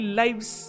lives